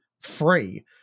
free